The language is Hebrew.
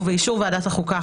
החוק) ובאישור ועדת החוקה,